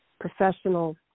professional